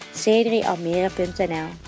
c3almere.nl